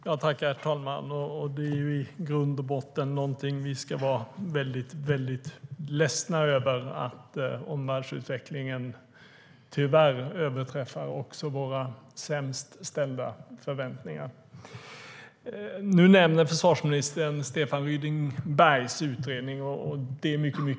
Herr talman! Det är i grund och botten något vi ska vara väldigt ledsna över att omvärldsutvecklingen tyvärr överträffar också våra värsta farhågor. Nu nämner försvarsministern Stefan Ryding-Bergs utredning. Det är mycket bra.